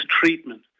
treatment